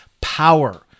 power